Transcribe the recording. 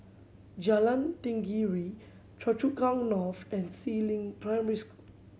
Jalan Tenggiri Choa Chu Kang North and Si Ling Primary